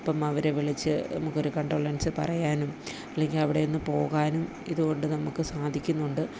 അപ്പം അവരെ വിളിച്ച് നമുക്ക് ഒരു കണ്ടോളൻസ് പറയാനും അല്ലെങ്കിൽ അവിടെ ഒന്ന് പോകാനും ഇതുകൊണ്ട് നമുക്ക് സാധിക്കുന്നുണ്ട്